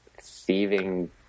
thieving